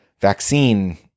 vaccine